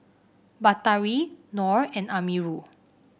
Batari Nor and Amirul